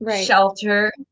shelter